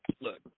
look